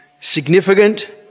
Significant